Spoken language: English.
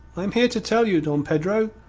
i am here to tell you, don pedro,